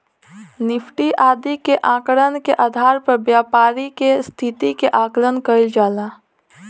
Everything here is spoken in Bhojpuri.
निफ्टी आदि के आंकड़न के आधार पर व्यापारि के स्थिति के आकलन कईल जाला